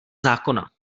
zákona